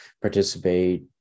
participate